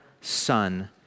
Son